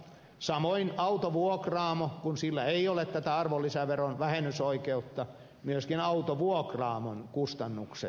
samoin autovuokraamon kun sillä ei ole tätä arvonlisäveron vähennysoikeutta kustannukset nousevat